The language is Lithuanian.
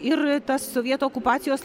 ir tas sovietų okupacijos